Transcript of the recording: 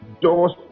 Doors